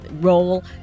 role